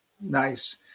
Nice